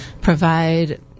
provide